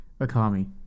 Akami